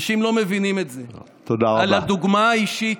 אנשים לא מבינים את זה, על הדוגמה האישית,